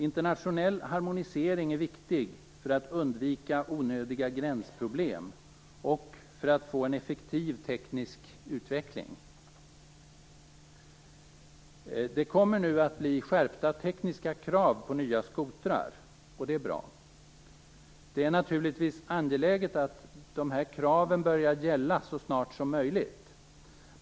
Internationell harmonisering är viktig för att undvika onödiga gränsproblem och för att få en effektiv teknisk utveckling. Det kommer nu att bli skärpta tekniska krav på nya skotrar. Det är bra. Det är naturligtvis angeläget att de här kraven börjar gälla så snart som möjligt.